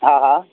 हा हा